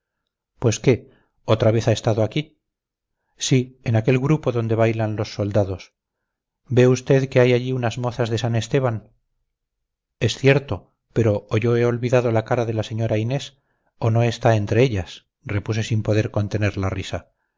pues qué otra vez ha estado aquí sí en aquel grupo donde bailan los soldados ve usted que hay allí unas mozas de san esteban es cierto pero o yo he olvidado la cara de la señora inés o no está entre ellas repuse sin poder contener la risa